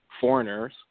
foreigners